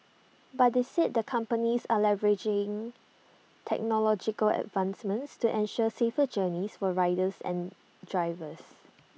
but they said the companies are leveraging technological advancements to ensure safer journeys for riders and drivers